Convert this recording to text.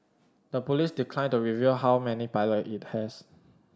the police declined to reveal how many pilot it has